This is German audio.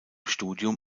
studium